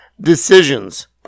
decisions